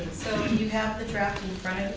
you have the draft in front